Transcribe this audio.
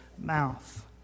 mouth